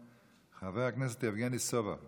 חבר הכנסת יבגני סובה, בבקשה.